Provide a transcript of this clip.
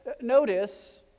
notice